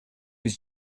his